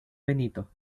benito